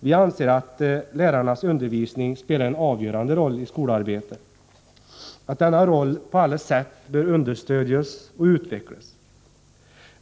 Vi anser att lärarnas undervisning spelar en avgörande roll i skolarbetet, att denna roll på alla sätt bör understödjas och utvecklas.